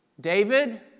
David